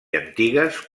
antigues